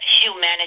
humanity